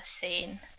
scene